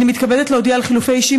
אני מתכבדת להודיע על חילופי אישים